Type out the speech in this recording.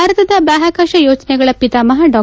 ಭಾರತದ ಬಾಹ್ಕಾಕಾಶ ಯೋಜನೆಗಳ ಪಿತಾಮಹಾ ಡಾ